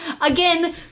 again